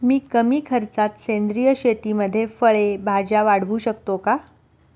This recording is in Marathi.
मी कमी खर्चात सेंद्रिय शेतीमध्ये फळे भाज्या वाढवू शकतो का?